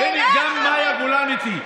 אני אגיד לך, השאלה, גם מאי גולן איתי.